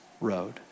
road